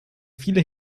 viele